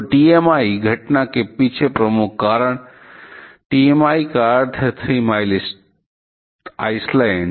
तो टीएमआई घटना के पीछे प्रमुख कारण टीएमआई का अर्थ है थ्री माइल आइलैंड